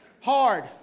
Hard